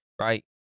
Right